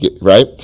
right